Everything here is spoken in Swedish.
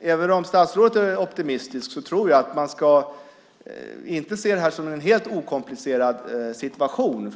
Även om statsrådet är optimistisk tror jag att man inte ska se det här som en helt okomplicerad situation.